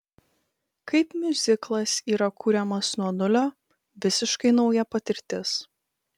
kaip miuziklas yra kuriamas nuo nulio visiškai nauja patirtis